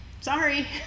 sorry